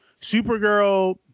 Supergirl